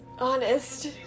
Honest